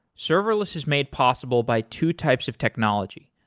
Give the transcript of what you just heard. serverless is made possible by two types of technology.